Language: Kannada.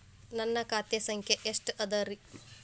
ನನ್ನ ಖಾತೆ ಸಂಖ್ಯೆ ಎಷ್ಟ ಅದರಿ?